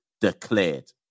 declared